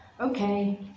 Okay